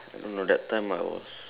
I don't know that time I was